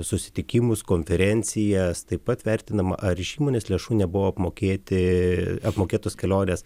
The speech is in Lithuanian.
susitikimus konferencijas taip pat vertinama ar iš įmonės lėšų nebuvo apmokėti apmokėtos kelionės